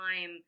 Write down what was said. time